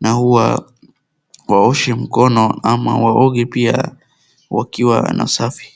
na huwa waonyeshe mkono ama waonge pia wakiwa na safi.